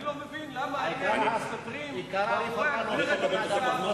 אני לא מבין למה מסתתרים מאחורי הגברת מרמת-גן.